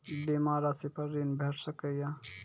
बीमा रासि पर ॠण भेट सकै ये?